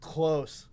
Close